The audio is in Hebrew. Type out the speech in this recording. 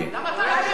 חבר הכנסת טיבי.